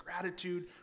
gratitude